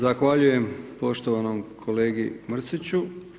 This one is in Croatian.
Zahvaljujem poštovanom kolegi Mrsiću.